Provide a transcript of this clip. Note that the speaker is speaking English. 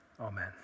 Amen